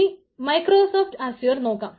ഇനി Microsoft Azure നോക്കാം